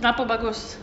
kenapa bagus